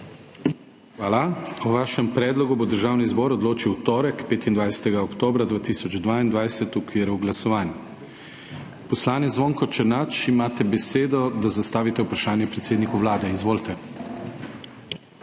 Hvala. O vašem predlogu bo Državni zbor odločil v torek, 25. oktobra 2022, v okviru glasovanj. Poslanec Zvonko Černač, imate besedo, da zastavite vprašanje predsedniku Vlade, izvolite.